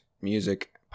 music